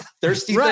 Thirsty